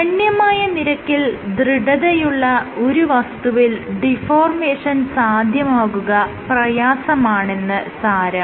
ഗണ്യമായ നിരക്കിൽ ദൃഢതയുള്ള ഒരു വസ്തുവിൽ ഡിഫോർമേഷൻ സാധ്യമാകുക പ്രയാസമാണെന്ന് സാരം